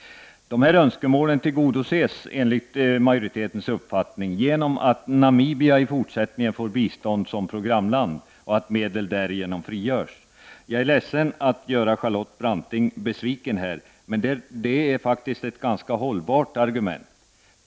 Enligt majoritetens uppfattning tillgodses dessa önskemål genom att Namibia i fortsättningen får bistånd som programland och att medel därigenom frigörs. Jag är ledsen att vara tvungen att göra Charlotte Branting besviken, men argumentet är faktiskt ganska hållbart.